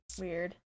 Weird